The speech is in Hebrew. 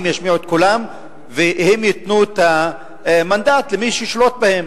ישמיעו את קולם והם ייתנו את המנדט למי שישלוט בהם.